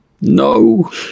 No